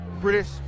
British